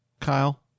Kyle